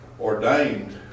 ordained